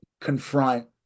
confront